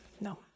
no